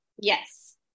yes